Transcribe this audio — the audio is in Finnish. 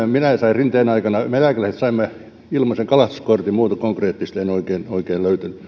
rinteen aikana me eläkeläiset saimme ilmaisen kalastuskortin muuta konkreettista en oikein oikein